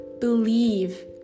believe